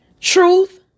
Truth